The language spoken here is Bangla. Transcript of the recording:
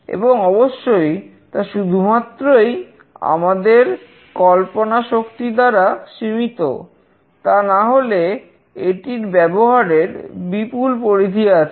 এবং অবশ্যই তা শুধুমাত্রই আমাদের কল্পনাশক্তি দ্বারা সীমিত তা না হলে এটির ব্যবহারের বিপুল পরিধি আছে